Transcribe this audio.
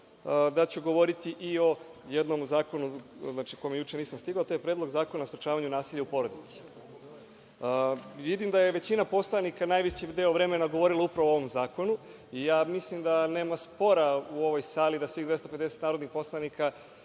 da ću govoriti i o jednom zakonu o kojem juče nisam stigao, to je Predlog zakon o sprečavanju nasilja u porodici. Vidim da je većina poslanika najveći deo vremena govorila upravo o ovom Zakonu i mislim da nema spora u ovoj sali da svih 250 narodnih poslanika